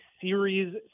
series